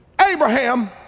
Abraham